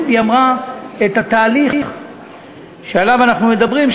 ואמרה את התהליך שעליו אנחנו מדברים,